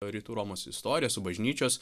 rytų romos istorija su bažnyčios